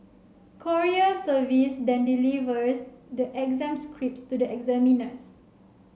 courier service then delivers the exam scripts to the examiners